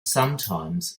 sometimes